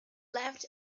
left